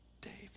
David